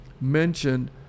mentioned